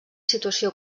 situació